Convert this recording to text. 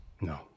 No